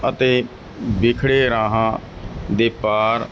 ਅਤੇ ਬਿਖੜੇ ਰਾਹਾਂ ਦੇ ਪਾਰ